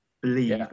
believe